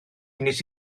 wnes